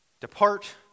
depart